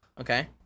Okay